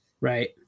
Right